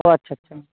ও আচ্ছা আচ্ছা